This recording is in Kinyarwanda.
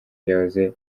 byahoze